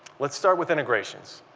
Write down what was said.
let's start with integrations.